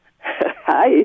Hi